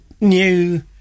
new